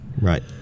right